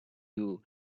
you